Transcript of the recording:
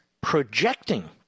projecting